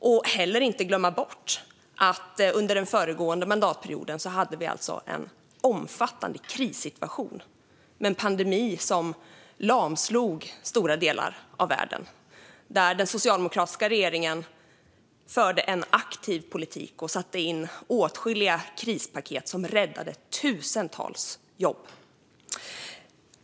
Vi ska inte heller glömma bort att vi under den föregående mandatperioden hade en omfattande krissituation med en pandemi som lamslog stora delar av världen, då den socialdemokratiska regeringen förde en aktiv politik och satte in åtskilliga krispaket som räddade tusentals jobb.